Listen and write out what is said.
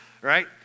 right